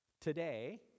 today